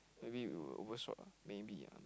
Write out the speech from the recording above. maybe you will overshot ah maybe ah